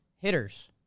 Hitters